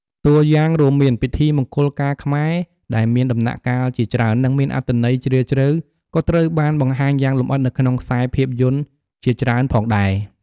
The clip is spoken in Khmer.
តួយ៉ាងរួមមាន ពិធីមង្គលការខ្មែរដែលមានដំណាក់កាលជាច្រើន និងមានអត្ថន័យជ្រាលជ្រៅ ក៏ត្រូវបានបង្ហាញយ៉ាងលម្អិតនៅក្នុងខ្សែភាពយន្តជាច្រើនផងដែរ។